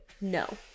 No